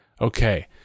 Okay